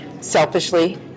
selfishly